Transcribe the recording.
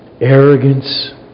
arrogance